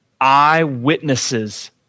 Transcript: eyewitnesses